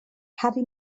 harri